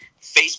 Facebook